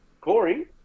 Corey